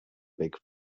big